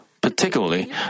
particularly